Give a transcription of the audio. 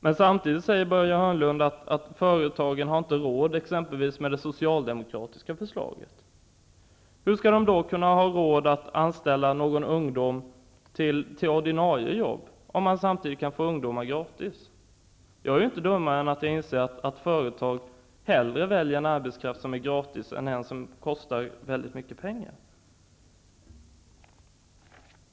Men samtidigt säger Börje Hörnlund att företagen inte har råd med det socialdemokratiska förslaget. Hur skall de då ha råd att anställa en ungdom i ordinarie jobb om man samtidigt kan få ungdomar gratis. Jag är inte dummare än att jag inser att företag hellre väljer en arbetskraft som är gratis än en som kostar väldigt mycket pengar.